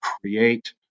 create